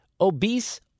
obese